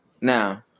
Now